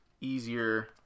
easier